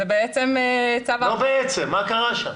זה בעצם צו הרחבה --- לא בעצם, מה קרה שם?